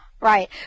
Right